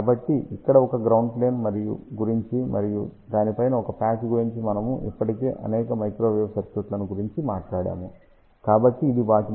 కాబట్టి ఇక్కడ ఒక గ్రౌండ్ ప్లేన్ గురించి మరియు దాని పైన ఒక ప్యాచ్ గురించి మనము ఇప్పటికే అనేక మైక్రోవేవ్ సర్క్యూట్లను గురించి మాట్లాడాము కాబట్టి ఇది వాటిని పోలి ఉంటుంది